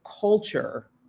culture